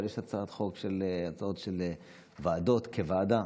אבל יש הצעות חוק של ועדות כוועדה.